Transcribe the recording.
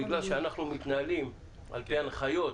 בגלל שאנחנו מתנהלים על פי הנחיות,